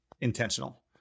intentional